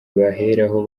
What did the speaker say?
baheraho